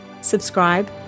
subscribe